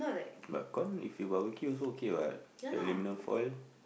but corn if you barbecue also okay what aluminium foil